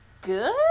good